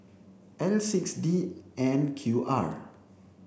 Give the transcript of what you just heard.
L six D N Q R